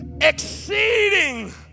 exceeding